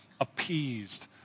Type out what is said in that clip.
appeased